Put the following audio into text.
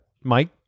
Mike